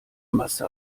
masse